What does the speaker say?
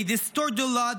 They distort the law.